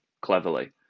cleverly